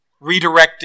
redirecting